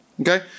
Okay